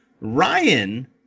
Ryan